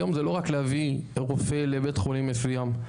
היום זה לא רק להביא רופא לבית חולים מסוים.